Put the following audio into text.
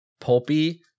pulpy